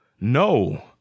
no